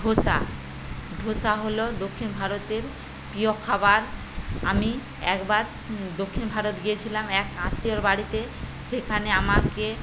ধোসা ধোসা হল দক্ষিণ ভারতের প্রিয় খাবার আমি একবার দক্ষিণ ভারত গিয়েছিলাম এক আত্মীয়র বাড়িতে সেখানে আমাকে